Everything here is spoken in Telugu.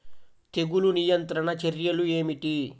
తెగులు నియంత్రణ చర్యలు ఏమిటి?